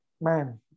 man